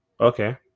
Okay